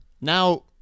Now